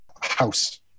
house